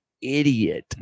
idiot